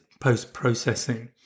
post-processing